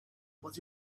but